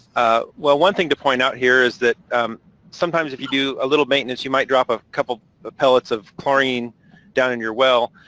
ah well, one thing to point out here is that sometimes if you do a little maintenance, you might drop a couple of pellets of chlorine down in your well.